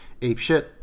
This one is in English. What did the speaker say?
apeshit